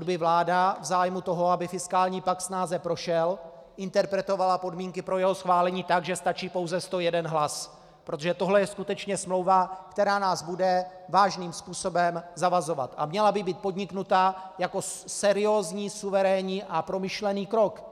aby vláda v zájmu toho, aby fiskální pakt snáze prošel, interpretovala podmínky pro jeho schválení tak, že stačí pouze 101 hlas, protože tohle je skutečně smlouva, která nás bude vážným způsobem zavazovat a měla by být podniknuta jako seriózní, suverénní a promyšlený krok.